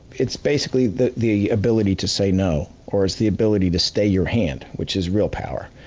it's basically the the ability to say no, or it's the ability to stay your hand, which is real power.